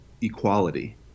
equality